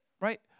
Right